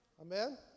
Amen